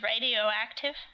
radioactive